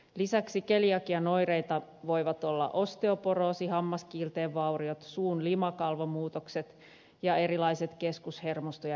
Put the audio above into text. lisäksi keliakian oireita voivat olla osteoporoosi hammaskiilteen vauriot suun limakalvomuutokset ja erilaiset keskushermosto ja niveloireet